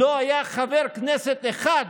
לא היה חבר כנסת אחד,